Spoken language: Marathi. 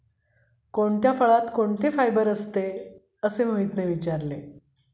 कोणत्या फळात कोणते फायबर असते? असे मोहितने विचारले